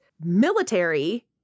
military